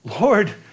Lord